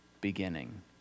beginning